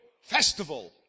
festival